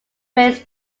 raise